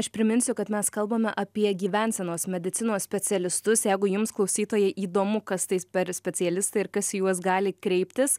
aš priminsiu kad mes kalbame apie gyvensenos medicinos specialistus jeigu jums klausytojai įdomu kas tais per specialistai ir kas į juos gali kreiptis